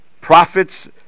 prophets